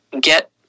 get